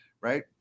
right